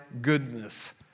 goodness